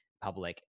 public